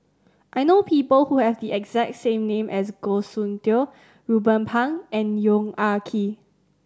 I know people who have the exact same name as Goh Soon Tioe Ruben Pang and Yong Ah Kee